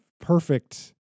perfect